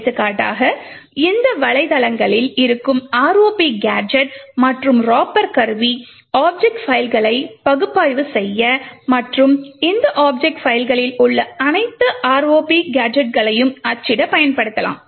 எடுத்துக்காட்டாக இந்த வலைத்தளங்களில் இருக்கும் ROP கேஜெட் மற்றும் ராப்பர் கருவி ஆப்ஜெக்ட் பைல்களை பகுப்பாய்வு செய்ய மற்றும் இந்த ஆப்ஜெக்ட் பைல்களில் உள்ள அனைத்து ROP கேஜெட்களையும் அச்சிட பயன்படுத்தலாம்